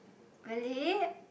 really